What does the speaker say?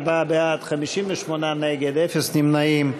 44, בעד, 58, נגד, אפס נמנעים.